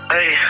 Hey